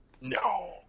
No